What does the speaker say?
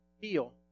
feel